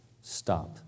Stop